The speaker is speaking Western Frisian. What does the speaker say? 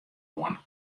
oan